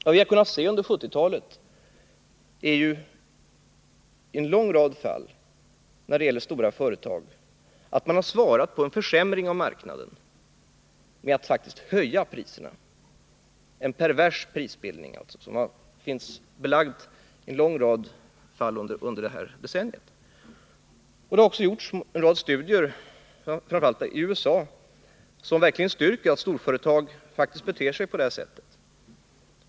Under 1970-talet har vi kunnat konstatera hur stora företag svarat på en försämring av marknaden med att faktiskt höja priserna, en pervers prisbildning som faktiskt finns belagd i en lång rad fall. Det har också gjorts ett antal studier, framför allt i USA, som verkligen styrker att storföretag beter sig på detta sätt.